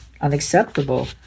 unacceptable